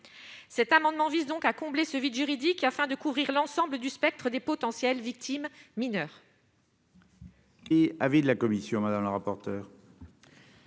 cet amendement vise donc à combler ce vide juridique afin de couvrir l'ensemble du spectre des potentielles victimes mineures.